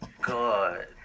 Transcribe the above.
God